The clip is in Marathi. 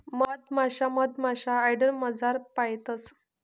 मधमाशा मधमाशा यार्डमझार पायतंस